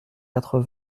quatre